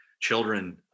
children